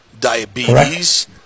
diabetes